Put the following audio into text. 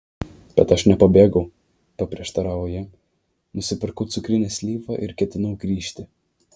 bet aš nepabėgau paprieštaravo ji nusipirkau cukrinę slyvą ir ketinau grįžti